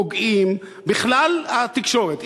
פוגעים בכלל התקשורת?